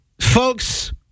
Folks